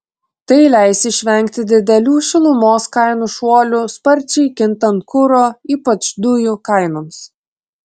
tai leis išvengti didelių šilumos kainų šuolių sparčiai kintant kuro ypač dujų kainoms